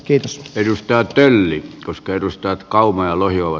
kiitos perustaa tölli koska edustajat kauhanen ajoi